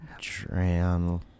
Dram